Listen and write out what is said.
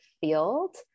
field